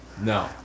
No